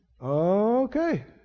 Okay